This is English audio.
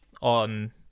on